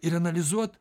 ir analizuot